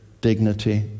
dignity